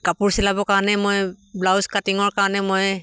কাপোৰ চিলাবৰ কাৰণে মই ব্লাউজ কাটিঙৰ কাৰণে মই